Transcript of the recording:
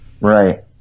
Right